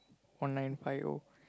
one nine five O